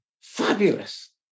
Fabulous